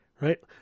Right